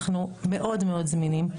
אנחנו מאוד מאוד זמינים.